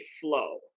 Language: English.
flow